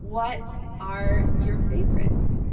what are your favorites?